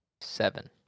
Seven